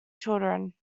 children